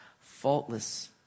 faultless